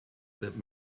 that